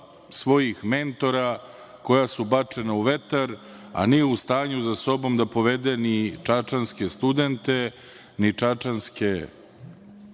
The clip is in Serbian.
svojih mentora, koja su bačena u vetar, a nije u stanju za sobom da povede ni čačanske studente, ni čačanske